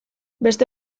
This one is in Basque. beste